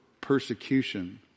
persecution